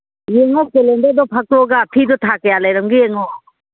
ꯌꯦꯡꯉꯣ ꯀꯦꯂꯦꯟꯗꯔꯗꯣ ꯐꯥꯛꯇꯣꯛꯑꯒ ꯐꯤꯗꯣ ꯊꯥ ꯀꯌꯥ ꯂꯩꯔꯝꯒꯦ ꯌꯦꯡꯉꯣ